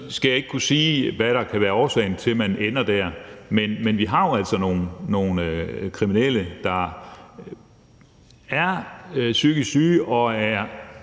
skal jeg ikke kunne sige, hvad der kan være årsagen til, at man ender der, men vi har jo altså nogle kriminelle, der er psykisk syge og er